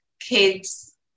kids